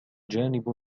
جانب